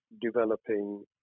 developing